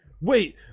Wait